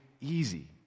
easy